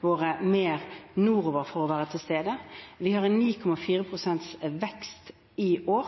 vekst i år,